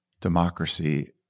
democracy